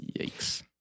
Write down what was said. Yikes